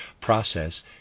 process